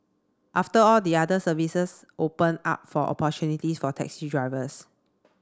after all the other services open up for opportunities for taxi drivers